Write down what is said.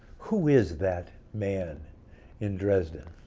who is that man in dresden?